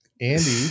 andy